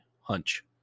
hunch